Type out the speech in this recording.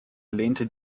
lehnte